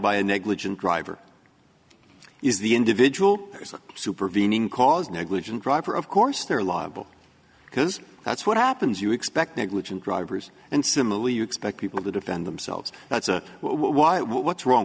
by a negligent driver is the individual supervening cause negligent driver of course they're liable because that's what happens you expect negligent drivers and similarly you expect people to defend themselves that's why what's wrong